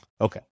Okay